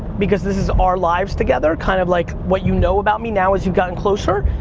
because this is our lives together, kind of, like, what you know about me, now as you've gotten closer,